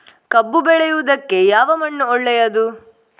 ಕಬ್ಬು ಬೆಳೆಯುವುದಕ್ಕೆ ಯಾವ ಮಣ್ಣು ಒಳ್ಳೆಯದು?